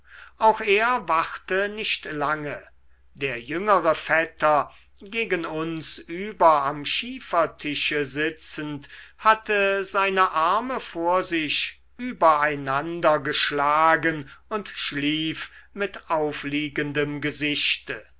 auch er wachte nicht lange der jüngere vetter gegen uns über am schiefertische sitzend hatte seine arme vor sich über einander geschlagen und schlief mit aufliegendem gesichte